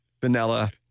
Vanilla